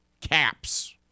caps